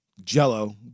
jello